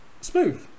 smooth